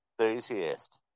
enthusiast